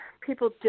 people